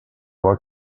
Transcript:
were